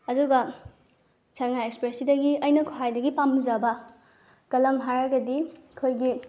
ꯑꯗꯨꯒ ꯁꯉꯥꯏ ꯑꯦꯛꯁꯄ꯭ꯔꯦꯁꯁꯤꯗꯒꯤ ꯑꯩꯅ ꯈ꯭ꯋꯥꯏꯗꯒꯤ ꯄꯥꯝꯖꯕ ꯀꯂꯝ ꯍꯥꯏꯔꯒꯗꯤ ꯑꯩꯈꯣꯏꯒꯤ